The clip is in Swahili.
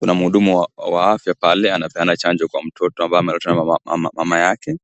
Kuna mhudumu wa afya pale anapeana chanjo kwa mtoto ambaye ameletwa na mama yake.